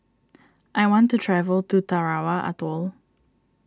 I want to travel to Tarawa Atoll